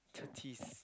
thirties